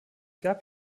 gab